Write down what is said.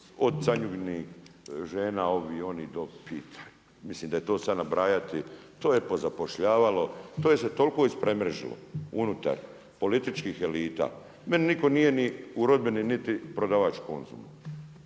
od Canjuginih žena, ovih, oni do pitaj, mislim da je to sada nabrajati, to je pozapošljavalo, to je se toliko ispremrežilo unutar političkih elita. Meni nitko nije ni u rodbini niti prodavač Konzuma,